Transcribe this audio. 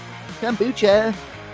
kombucha